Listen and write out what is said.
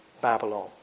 Babylon